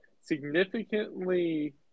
Significantly